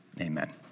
Amen